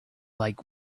like